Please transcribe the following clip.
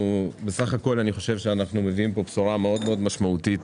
בסך הכול אני חושב שאנחנו מביאים פה בשורה מאוד מאוד משמעותית